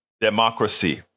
democracy